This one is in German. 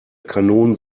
kanonen